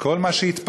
שכל מה שהתפרסם,